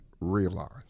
realize